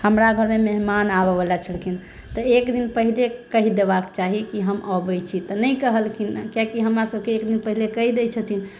हमरा घर मे मेहमान आबऽ बला छलखिन तऽ एक दिन पहिले कहि देबाक चाही कि हम अबै छी तऽ नहि कहलखिन कियाकि हमरा सभके एक दिन पहिने कहि दै छथिन